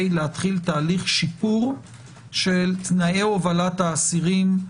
להתחיל תהליך שיפור של תנאי הובלת האסירים,